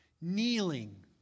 kneeling